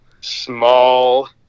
small